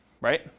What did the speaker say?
right